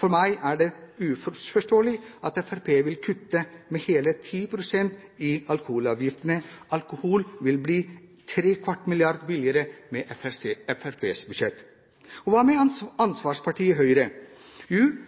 For meg er det uforståelig at Fremskrittspartiet vil kutte med hele 10 pst. i alkoholavgiftene. Alkohol vil bli ¾ mrd. kr billigere med Fremskrittspartiets budsjett. Og hva med ansvarspartiet Høyre? Jo,